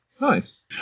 Nice